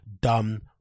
dumb